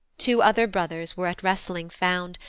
two other brothers were at wrestling found,